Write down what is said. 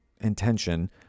intention